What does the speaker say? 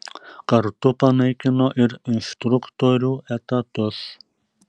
kartu panaikino ir instruktorių etatus